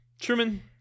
Truman